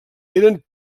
eren